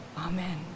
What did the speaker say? Amen